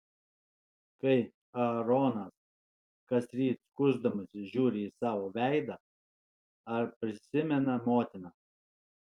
kai aaronas kasryt skusdamasis žiūri į savo veidą ar prisimena motiną